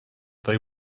they